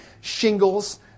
shingles